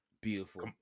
Beautiful